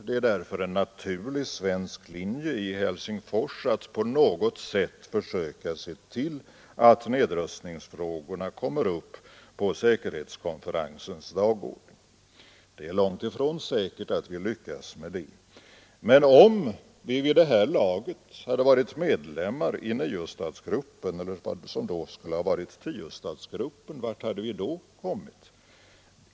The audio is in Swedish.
Det är därför en naturlig svensk linje i Helsingfors att på något sätt söka se till att nedrustningsfrågorna kommer upp på säkerhetskonferensens dagordning. Det är långt ifrån säkert att vi lyckas med det. Men om vi vid det här laget hade varit medlemmar i niostatsgruppen — som då skulle ha varit tiostatsgruppen — vart hade vi då kommit?